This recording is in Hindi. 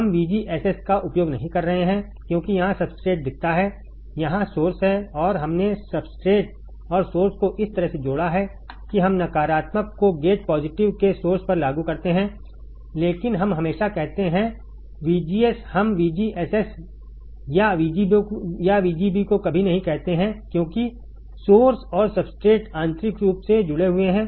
हम VGSS का उपयोग क्यों नहीं कर रहे हैं क्योंकि यहां सब्सट्रेट दिखता है यहां सोर्स है और हमने सब्सट्रेट और सोर्स को इस तरह से जोड़ा है कि हम नकारात्मक को गेट पॉजिटिव के सोर्स पर लागू करते हैं लेकिन हम हमेशा कहते हैं VGS हम VGSS या VGB कभी नहीं कहते हैं क्योंकि सोर्स और सब्सट्रेट आंतरिक रूप से जुड़े हुए हैं